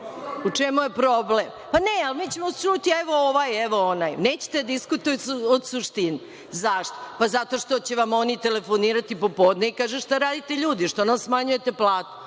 U čemu je problem? Pa, ne mi ćemo čuti, evo, ovaj je, evo onaj je. Nećete diskutovati od suštini. Zašto? Pa, zato što će vam oni telefonirati popodne i kažete – šta radite ljudi, što nam smanjujete plate?